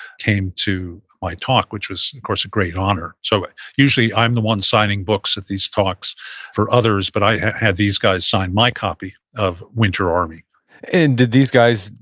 came to my talk, which was, of course, a great honor. so usually, i'm the one signing books at these talks for others, but i had these guys sign my copy of winter army and did these guys,